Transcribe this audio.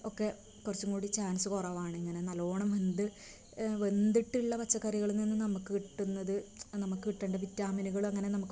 ഒക്കെ കുറച്ചും കൂടി ചാൻസ് കുറവാണ് ഇങ്ങനെ നല്ലോണം വെന്ത് വെന്തിട്ടുള്ള പച്ചക്കറികളിൽ നിന്ന് നമ്മൾക്ക് കിട്ടുന്നത് നമ്മൾക്ക് കിട്ടേണ്ട വിറ്റാമിനുകള് അങ്ങനെ നമുക്ക്